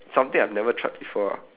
something I've never tried before ah